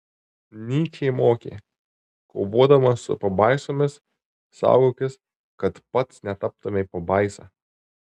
nyčė mokė kovodamas su pabaisomis saugokis kad pats netaptumei pabaisa